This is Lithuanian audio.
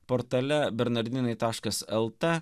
portale bernardinai taškas lt